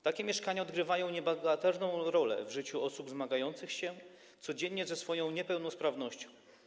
Takie mieszkania odgrywają niebagatelną rolę w życiu osób zmagających się codziennie ze swoją niepełnosprawnością.